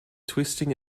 twisting